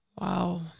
Wow